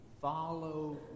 Follow